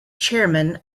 chairman